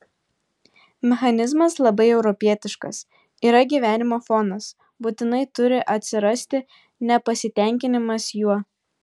mechanizmas labai europietiškas yra gyvenimo fonas būtinai turi atsirasti nepasitenkinimas juo